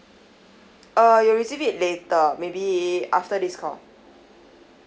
uh you'll receive it later maybe after this call